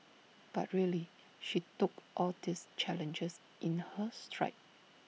but really she took all these challenges in her stride